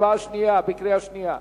הצבעה שנייה בקריאה שנייה.